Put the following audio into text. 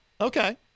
Okay